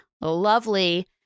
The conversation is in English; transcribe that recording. lovely